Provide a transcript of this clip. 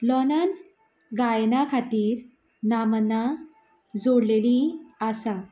लोर्नान गायना खातीर नामनां जोडलेली आसात